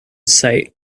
sight